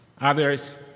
others